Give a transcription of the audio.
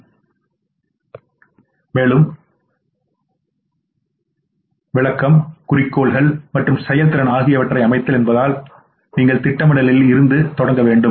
எனவே இது மேலும் விளக்கம் குறிக்கோள்கள் குறிக்கோள்கள் மற்றும் செயல்திறன் ஆகியவற்றை அமைத்தல் என்பதால் நீங்கள் திட்டமிடலில் இருந்து தொடங்க வேண்டும்